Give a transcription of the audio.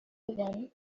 one